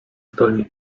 zdolni